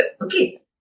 Okay